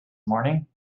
morning